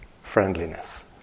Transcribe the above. friendliness